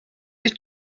the